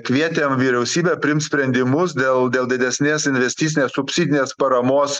kvietėm vyriausybę priimt sprendimus dėl dėl didesnės investicinės subsidinės paramos